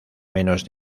menos